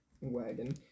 wagon